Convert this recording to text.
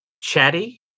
chatty